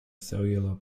cellular